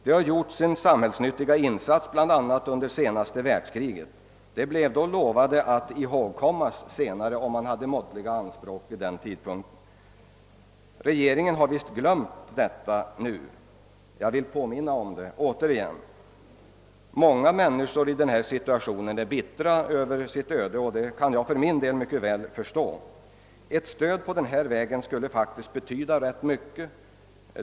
De har gjort sin samhällsnyttiga insats, bl.a. under det senaste världskriget. De blev då lovade att ihågkommas senare, om de hade måttliga anspråk vid den tidpunkten. Regeringen har visst glömt detta löfte nu — jag vill återigen påminna om det. Många människor i denna situation är bittra över sitt öde, och det kan jag för min del mycket väl förstå. Ett stöd på denna väg skulle faktiskt betyda rätt mycket.